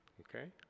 okay